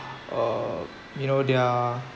uh you know their